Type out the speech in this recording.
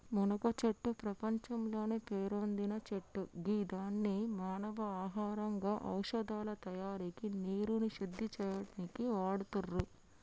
మునగచెట్టు ప్రపంచంలోనే పేరొందిన చెట్టు గిదాన్ని మానవ ఆహారంగా ఔషదాల తయారికి నీరుని శుద్ది చేయనీకి వాడుతుర్రు